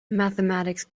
mathematics